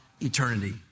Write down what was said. eternity